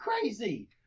crazy